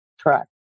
Correct